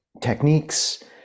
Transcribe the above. techniques